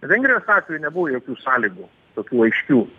vengrijos atveju nebuvo jokių sąlygų tokių aiškių